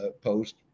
post